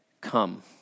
come